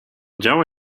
działo